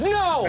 no